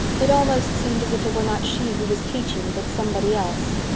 it almost seemed as if it were not she who was teaching but somebody else.